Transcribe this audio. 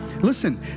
Listen